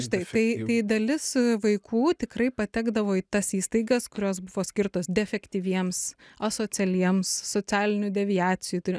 štai tai tai dalis vaikų tikrai patekdavo į tas įstaigas kurios buvo skirtos defektyviems asocialiems socialinių deviacijų turi